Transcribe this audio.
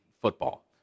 football